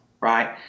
right